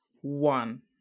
one